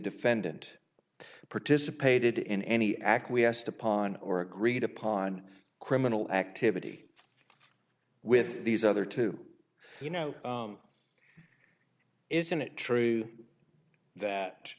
defendant participated in any acquiesced upon or agreed upon criminal activity with these other two you know isn't it true that